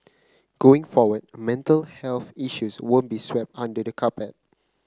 going forward mental health issues won't be swept under the carpet